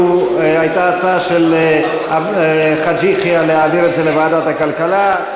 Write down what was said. הייתה הצעה של חאג' יחיא להעביר את זה לוועדת הכלכלה.